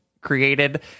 created